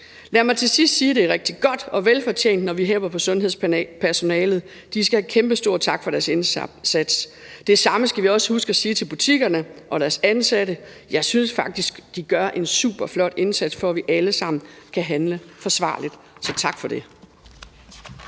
Lad mig til sidst sige, at det er rigtig godt og velfortjent, når vi hepper på sundhedspersonalet. De skal have en kæmpestor tak for deres indsats. Det samme skal vi også huske at sige til butikkerne og deres ansatte. Jeg synes faktisk, de gør en superflot indsats, for at vi alle sammen kan handle forsvarligt. Så tak for det.